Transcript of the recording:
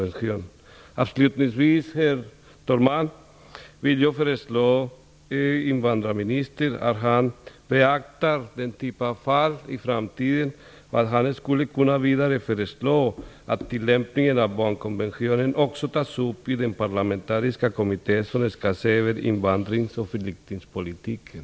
Jag vill avslutningsvis föreslå invandrarministern att han i framtiden skall beakta detta i denna typ av fall. Jag tycker vidare att han skall föreslå att tillämpningen av barnkonventionen också tas upp i den parlamentariska kommitté som nu skall se över invandrings och flyktingspolitiken.